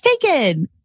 taken